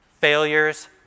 failures